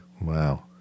wow